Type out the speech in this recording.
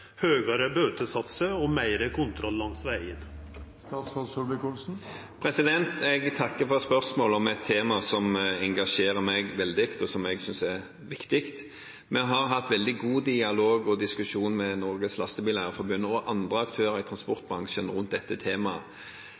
Jeg takker for spørsmålet om et tema som engasjerer meg veldig, og som jeg synes er viktig. Vi har hatt veldig god dialog og diskusjon med Norges Lastebileier-Forbund og andre aktører i transportbransjen rundt dette temaet.